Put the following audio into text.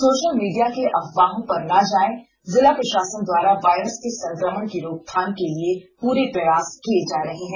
social media के अफवाहों पर ना जाए जिला प्रशासन द्वारा वायरस के संक्रमण की रोकथाम के लिए पूरे प्रयास किए जा रहे हैं